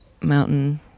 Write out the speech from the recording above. mountain